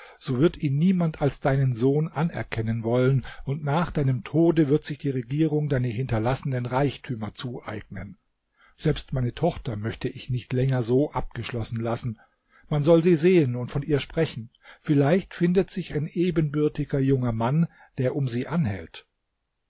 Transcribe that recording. so wird ihn niemand als deinen sohn anerkennen wollen und nach deinem tode wird sich die regierung deine hinterlassenen reichtümer zueignen selbst meine tochter möchte ich nicht länger so abgeschlossen lassen man soll sie sehen und von ihr sprechen vielleicht findet sich ein ebenbürtiger junger mann der um sie anhält